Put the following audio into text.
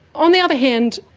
on the other hand,